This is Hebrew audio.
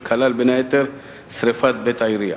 שכלל בין היתר שרפת בית העירייה.